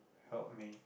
help me